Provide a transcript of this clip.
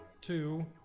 two